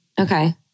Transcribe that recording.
Okay